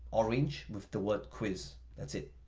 orange with the word quiz, that's it,